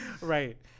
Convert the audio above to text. Right